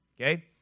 okay